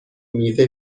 میوه